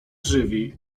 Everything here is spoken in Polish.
żywi